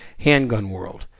HandgunWorld